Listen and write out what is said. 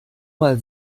mal